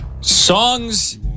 Songs